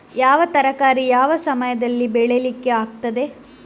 ಯಾವ ತರಕಾರಿ ಯಾವ ಸಮಯದಲ್ಲಿ ಬೆಳಿಲಿಕ್ಕೆ ಆಗ್ತದೆ?